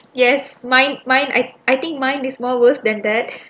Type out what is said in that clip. yes mine mine I I think mine is more worth than that